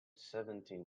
seventeen